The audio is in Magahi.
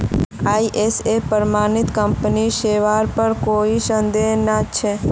आई.एस.ओ प्रमाणित कंपनीर सेवार पर कोई संदेह नइ छ